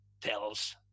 tells